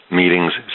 meetings